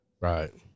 Right